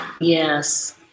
yes